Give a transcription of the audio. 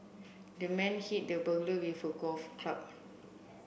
the man hit the burglar with a golf club